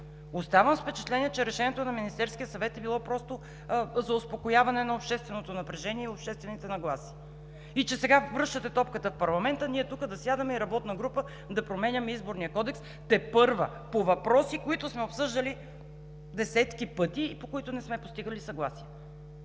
Оставам с впечатление, че решението на Министерския съвет е било просто за успокояване на общественото напрежение и обществените нагласи и че сега връщате топката в парламента ние тук да сядаме и с работна група тепърва да променяме Изборния кодекс по въпроси, които сме обсъждали десетки пъти и по които не сме постигали съгласие.